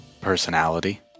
personality